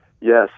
Yes